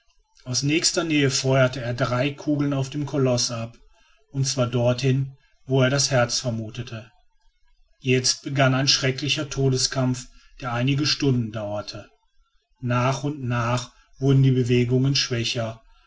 aus nächster nähe feuerte er drei kugeln auf den koloß ab und zwar dorthin wo er das herz vermutete jetzt begann ein schrecklicher todeskampf der einige stunden dauerte nach und nach wurden die bewegungen schwächer